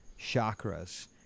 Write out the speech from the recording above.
chakras